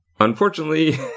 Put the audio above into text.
Unfortunately